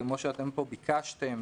כמו שאתם פה ביקשתם,